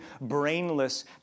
brainless